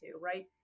right